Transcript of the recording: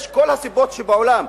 יש כל הסיבות שבעולם,